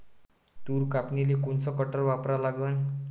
तूर कापनीले कोनचं कटर वापरा लागन?